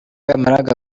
yamaraga